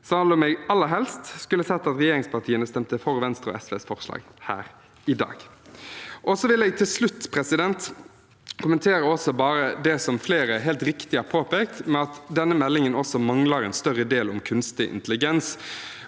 helst skulle sett at regjeringspartiene stemte for Venstre og SVs forslag her i dag. Jeg vil til slutt bare kommentere det flere helt riktig har påpekt, at denne meldingen også mangler en større del om kunstig intelligens.